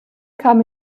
kann